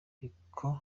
ariko